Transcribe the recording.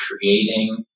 creating